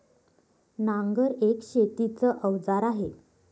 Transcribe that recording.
नांगर एक शेतीच अवजार आहे